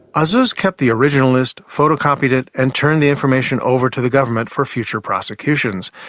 azzuz kept the original list, photocopied it and turned the information over to the government for future prosecutions.